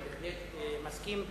בהחלט מסכים.